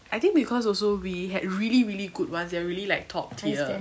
I think because also we had really really good ones that are really like top tier